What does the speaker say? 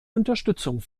unterstützung